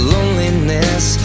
Loneliness